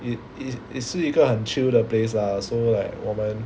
it it's 是一个很 chill 的 place ah so like 我们